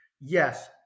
yes